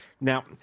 Now